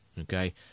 okay